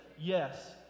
yes